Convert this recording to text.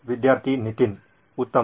ವಿದ್ಯಾರ್ಥಿ ನಿತಿನ್ ಉತ್ತಮ